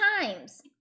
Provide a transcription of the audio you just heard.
times